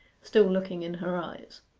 still looking in her eyes.